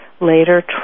later